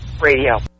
Radio